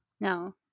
No